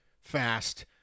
fast